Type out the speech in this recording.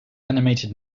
animated